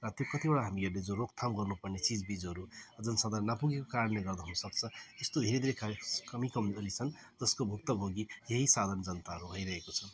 र त्यो कतिवटा हामीहरूले जो रोकथाम गर्नुपर्ने चिजबिजहरू जनसाधारणलाई नपुगेको कारणले गर्दा हुनुसक्छ यस्तो धेरै धेरै कमी कमी कमजोडी छन् जसको भुक्तभोगी यही साधारण जनताहरू भइरहेको छन्